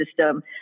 system